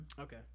Okay